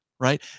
Right